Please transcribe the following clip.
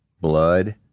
blood